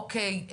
אוקיי,